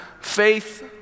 faith